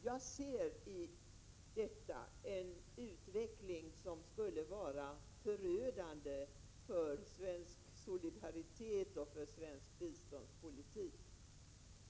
Jag ser i detta en utveckling som skulle vara förödande för svensk solidaritet och för svensk biståndspolitik.